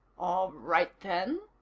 all right, then.